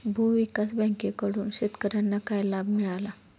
भूविकास बँकेकडून शेतकर्यांना काय लाभ मिळाला?